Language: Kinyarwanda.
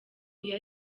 iyo